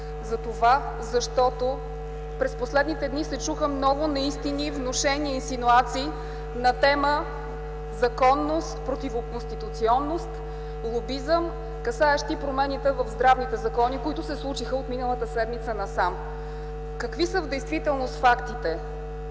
отсъстват, защото през последните дни се чуха много неистини, внушения и инсинуации на тема законност, противоконституционност, лобизъм, касаещи промените в здравните закони, които се случиха от миналата седмица насам. В действителност какви